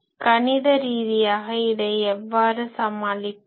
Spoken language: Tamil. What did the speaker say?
கணித ரீதியாக இதை எவ்வாறு சமாளிப்பது